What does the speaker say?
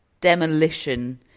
demolition